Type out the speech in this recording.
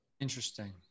Interesting